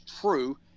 true